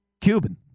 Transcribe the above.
Cuban